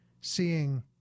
seeing